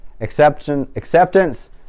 Acceptance